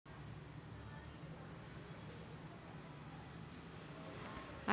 आयकर विभाग ही एक सरकारी संस्था आहे जी भारत सरकारचा थेट कर वसूल करते